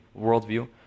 worldview